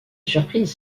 surprise